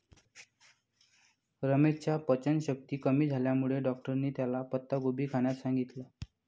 रमेशच्या पचनशक्ती कमी झाल्यामुळे डॉक्टरांनी त्याला पत्ताकोबी खाण्यास सांगितलं